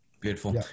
Beautiful